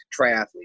triathlete